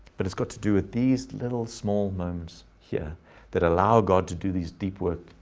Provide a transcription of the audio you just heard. but it's got to do with these little small moments here that allow god to do these deep work,